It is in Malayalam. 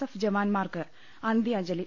എഫ് ജവാന്മാർക്ക് അന്ത്യാഞ്ജലി